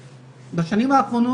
שנה,